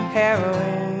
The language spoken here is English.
heroin